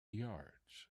yards